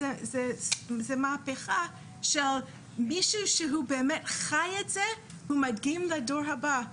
זו מהפכה של מישהו שהוא באמת חי את זה ומדגים לדור הבא,